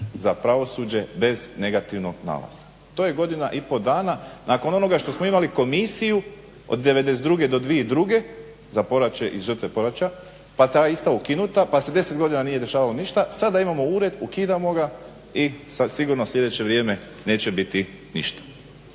za pravosuđe bez negativnog nalaza. To je godina i pol dana nakon onoga što smo imali komisiju od '92. do 2002. za poraće i žrtve poraća, pa je ta ista ukinuta pa se 10 godina nije dešavalo ništa. Sada imamo ured, ukidamo ga i sad sigurno sljedeće vrijeme neće biti ništa.